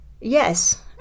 yes